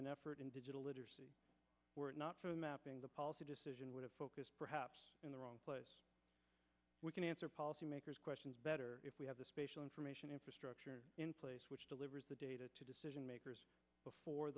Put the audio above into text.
an effort in digital literacy were it not for the mapping the policy decision would have focused perhaps in the wrong place we can answer policymakers questions better if we have the spatial information infrastructure in place which delivers the data to decision makers before